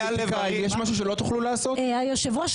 היושב ראש,